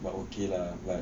but okay lah what